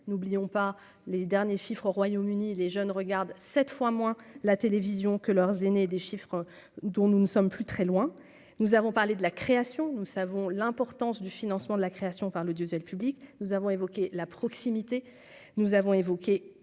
n'oublions pas les derniers chiffres Royaume-Uni les jeunes regardent cette fois moins la télévision que leurs aînés des chiffres dont nous ne sommes plus très loin, nous avons parlé de la création, nous savons l'importance du financement de la création par le diésel, public, nous avons évoqué la proximité nous avons évoqué